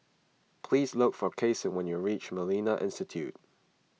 please look for Cason when you reach Millennia Institute